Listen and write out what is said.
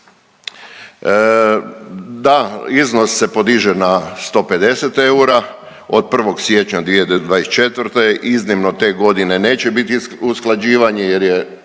Da, iznos se podiže na 150 eura od 1. siječnja 2024., iznimno te godine neće biti usklađivanje jer je